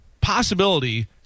possibility